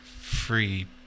free